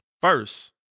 first